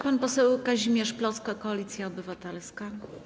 Pan poseł Kazimierz Plocke, Koalicja Obywatelska.